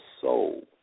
soul